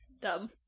dumb